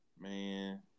Man